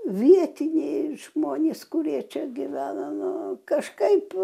vietiniai žmonės kurie čia gyvena nu kažkaip